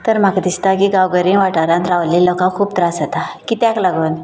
तर म्हाका दिसता की गांवगिऱ्या वाठारांत रावले लोकांक खूब त्रास जाता कित्याक लागून